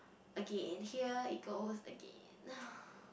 again and here it goes again